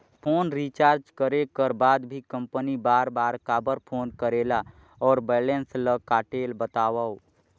Phone recharge करे कर बाद भी कंपनी बार बार काबर फोन करेला और बैलेंस ल काटेल बतावव?